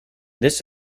this